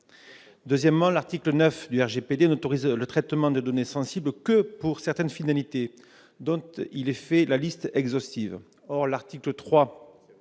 De même, cet article n'autorise le traitement de données sensibles que pour certaines finalités dont il dresse la liste exhaustive. Or l'article 8